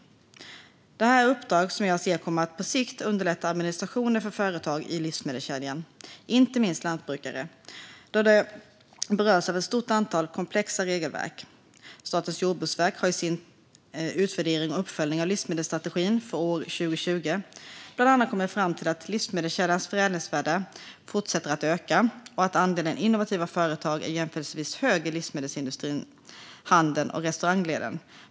Jag ser att det här är uppdrag som på sikt kommer att underlätta administrationen för företag i livsmedelskedjan - inte minst för lantbrukare, då de berörs av ett stort antal komplexa regelverk. Statens jordbruksverk har i sin utvärdering och uppföljning av livsmedelsstrategin för år 2020 bland annat kommit fram till att livsmedelskedjans förädlingsvärde fortsätter att öka och att andelen innovativa företag är jämförelsevis hög i livsmedelsindustrin, handeln och restaurangledet.